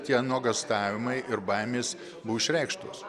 tie nuogąstavimai ir baimės buvo išreikštos